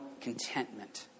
contentment